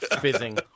fizzing